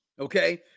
okay